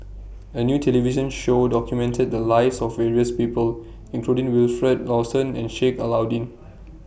A New television Show documented The Lives of various People including Wilfed Lawson and Sheik Alau'ddin